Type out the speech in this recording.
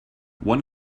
one